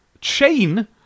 Chain